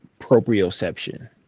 proprioception